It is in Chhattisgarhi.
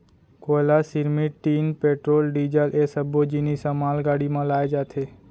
कोयला, सिरमिट, टीन, पेट्रोल, डीजल ए सब्बो जिनिस ह मालगाड़ी म लाए जाथे